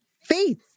faith